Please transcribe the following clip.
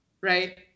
Right